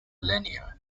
lanier